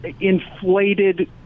inflated